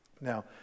Now